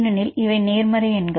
ஏனெனில் இவை நேர்மறை எண்கள்